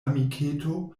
amiketo